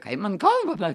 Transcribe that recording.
ką ji man kalba man